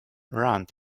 rand